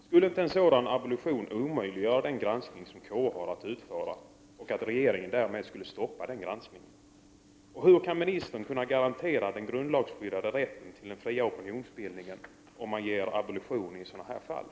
Skulle inte en sådan abolition omöjliggöra den granskning som KU har att utföra? Och skulle inte regeringen därmed stoppa den granskningen? Hur kan ministern garantera den grundlagsskyddade rätten till fri opinionsbildning om regeringen ger abolition i sådana här fall?